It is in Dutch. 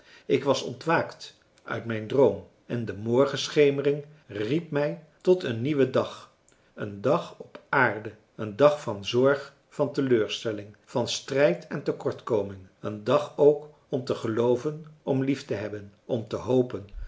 ik was ontwaakt uit mijn droom en de morgenschemering riep mij tot een nieuwen dag een dag op aarde een dag van zorg van teleurstelling van strijd en tekortkoming een dag ook om te gelooven om lief te hebben om te hopen